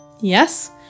Yes